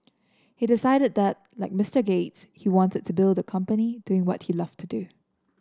he decided that like Mister Gates he wanted to build the company doing what he loved to do